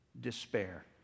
despair